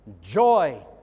joy